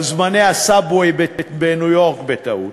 על זמני ה-Subway בניו-יורק בטעות.